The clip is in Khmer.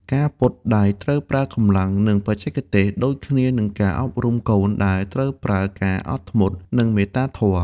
ការពត់ដែកត្រូវប្រើកម្លាំង និងបច្ចេកទេស ដូចគ្នានឹងការអប់រំកូនដែលត្រូវប្រើការអត់ធ្មត់ និងមេត្តាធម៌។